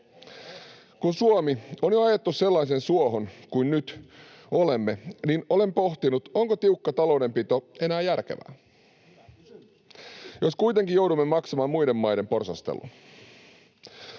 Kun Suomi on jo ajettu sellaiseen suohon kuin missä nyt olemme, olen pohtinut, onko tiukka taloudenpito enää järkevää, jos kuitenkin joudumme maksamaan muiden maiden porsastelun.